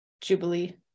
Jubilee